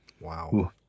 Wow